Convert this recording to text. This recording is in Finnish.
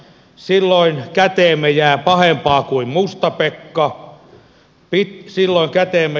silloin käteemme jää pahempaa kuin musta pekka